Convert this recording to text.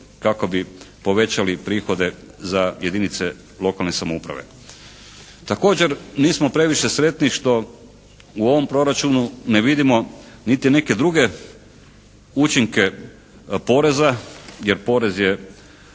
kako bi povećali prihode za jedinice lokalne samouprave. Također nismo previše sretni što u ovom proračunu ne vidimo niti neke druge učinke poreza jer porez je